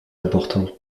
importante